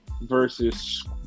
versus